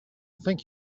think